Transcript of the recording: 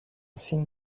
seen